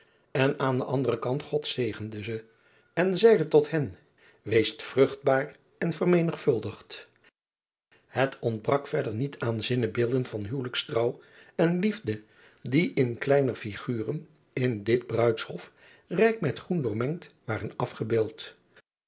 en aan de andere od zegende ze en zeide tot hen weest vruchtbaar en vermenigvuldigt et ontbrak verder niet aan zinnebeelden van uwelijkstrouw en iefde die in kleiner figuren in dit ruidshof rijk met groen doormengd waren afgebeeld